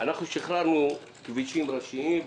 אנחנו אמנם שחררנו כבישים ראשיים,